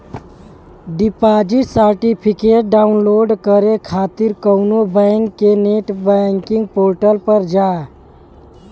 deposit certificate download करे खातिर कउनो बैंक के नेट बैंकिंग पोर्टल पर जा